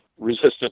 resistant